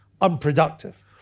unproductive